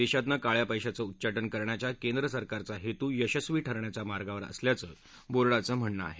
देशातनं काळा पैशाचं उच्चाटन करण्याच्या केंद्र सरकारचा हेतू यशस्वी ठरण्याच्या मार्गावर असल्याचं बोर्डाचं म्हणणं आहे